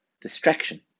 distraction